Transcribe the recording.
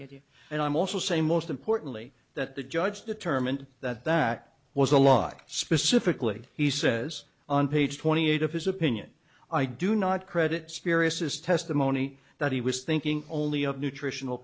you and i'm also say most importantly that the judge determined that that was a lot specifically he says on page twenty eight of his opinion i do not credit spirits his testimony that he was thinking only of nutritional